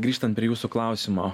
grįžtant prie jūsų klausimo